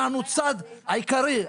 אנחנו הצד העיקרי.